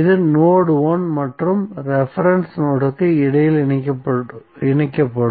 இது நோட் 1 மற்றும் ரெபரென்ஸ் நோட்க்கு இடையில் இணைக்கப்படும்